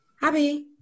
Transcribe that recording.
Happy